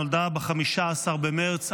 נולדה ב-15 במרץ,